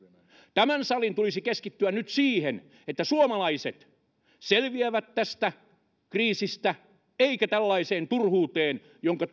tämän salin tulisi keskittyä nyt siihen että suomalaiset selviävät tästä kriisistä eikä tällaiseen turhuuteen jonka